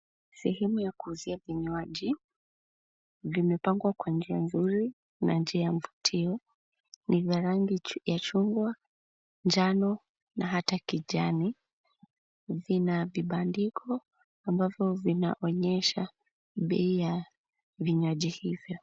Sehemu ya kuuzia kinywa ji. Vimepangwa kwa njia nzuri na njia ya mvutio. Ni za rangi ya chungwa, njano, hata kijani. Vina vibandiko ambavyo vinaonyesha bei ya vinywaji hivyo.